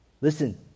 Listen